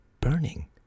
burning